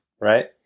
right